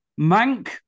Mank